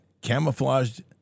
camouflaged